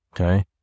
Okay